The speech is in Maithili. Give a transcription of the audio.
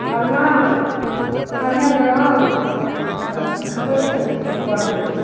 फलना हो कने गेलहो हो ओकरा सीखबै छै तऽ ओ पढ़ै छै